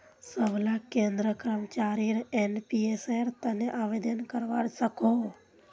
सबला केंद्रीय कर्मचारी एनपीएसेर तने आवेदन करवा सकोह